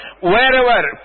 wherever